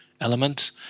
element